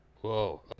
whoa